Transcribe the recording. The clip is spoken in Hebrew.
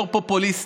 יו"ר פופוליסט,